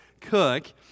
cook